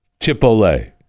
Chipotle